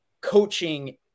coaching